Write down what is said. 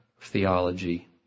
theology